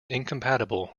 incompatible